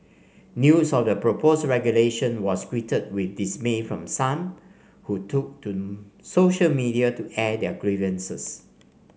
news of the proposed regulation was greeted with dismay from some who took to social media to air their grievances